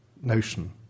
notion